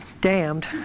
damned